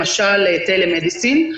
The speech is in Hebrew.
למשל טֶלֶה-מדיסין.